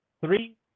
three